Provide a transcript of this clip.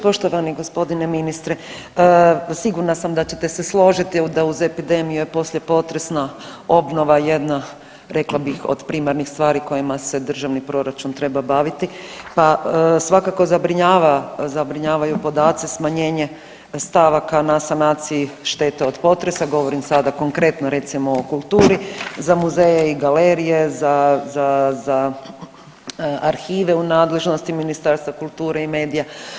Poštovani g. ministre, sigurna sam da ćete se složiti da uz epidemiju je poslije potresna obnova jedna rekla bih od primarnih stvari kojima se državni proračun treba baviti, pa svakako zabrinjava, zabrinjavaju podaci smanjenje stavaka na sanaciji štete od potresa, govorim sada konkretno recimo o kulturi, za muzeje i galerije, za, za, za arhive u nadležnosti Ministarstva kulture i medija.